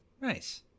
nice